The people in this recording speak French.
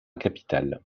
capitale